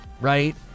right